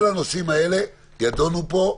כל הנושאים האלה יידונו פה,